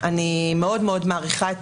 אני מעריכה מאוד